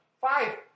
Five